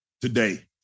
today